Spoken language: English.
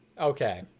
Okay